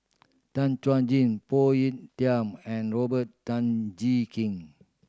Tan Chuan Jin Phoon Yew Tien and Robert Tan Jee Keng